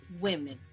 women